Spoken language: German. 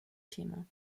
thema